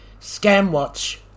Scamwatch